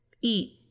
eat